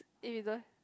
if you don't